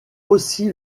aussi